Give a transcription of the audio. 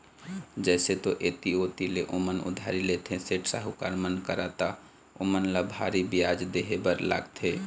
जइसे जो ऐती ओती ले ओमन उधारी लेथे, सेठ, साहूकार मन करा त ओमन ल भारी बियाज देहे बर लागथे